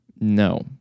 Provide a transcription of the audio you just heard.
No